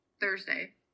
Thursday